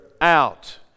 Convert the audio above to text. out